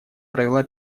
провела